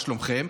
מה שלומכם?